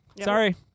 Sorry